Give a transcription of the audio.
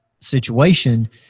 situation